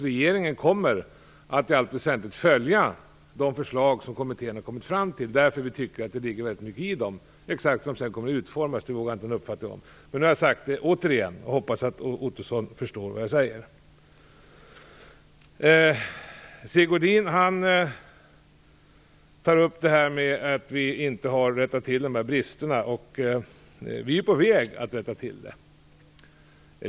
Regeringen kommer att i allt väsentligt följa de förslag som kommittén har kommit fram till därför att vi tycker att det ligger väldigt mycket i dem. Exakt hur det kommer att utformas vågar jag inte ha någon uppfattning om. Jag hoppas att Roy Ottosson förstår vad jag säger. Sigge Godin säger att vi inte rättat till bristerna. Vi är på väg att göra det.